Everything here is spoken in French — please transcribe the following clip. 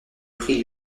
prix